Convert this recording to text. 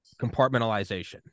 compartmentalization